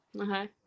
Okay